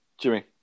Jimmy